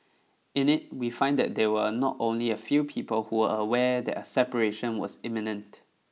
in it we find that there were not only a few people who are aware that a separation was imminent